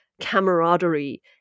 camaraderie